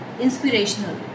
inspirational